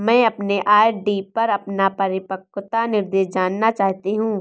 मैं अपने आर.डी पर अपना परिपक्वता निर्देश जानना चाहती हूँ